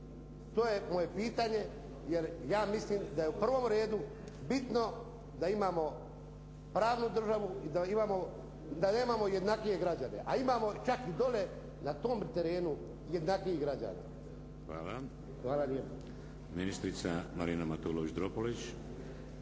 To je moje pitanje jer ja mislim da je u prvom redu bitno da imamo pravnu državu i da nemamo jednakije građane. A imamo čak i dole na tom terenu jednakijih građana. Hvala lijepo. **Šeks, Vladimir (HDZ)** Hvala. Ministrica Marina Matulović-Dropulić.